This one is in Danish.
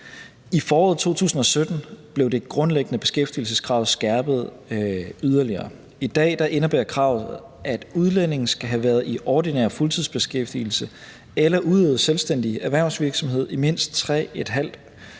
I foråret 2017 blev det grundliggende beskæftigelseskrav skærpet yderligere. I dag indebærer kravet, at udlændinge skal have været i ordinær fuldtidsbeskæftigelse eller udøvet selvstændig erhvervsvirksomhed i mindst 3½ år